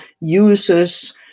users